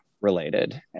related